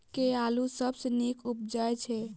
केँ आलु सबसँ नीक उबजय छै?